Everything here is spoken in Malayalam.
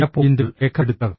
ചില പോയിന്റുകൾ രേഖപ്പെടുത്തുക